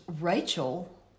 Rachel